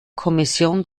kommission